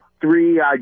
Three